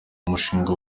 umushinga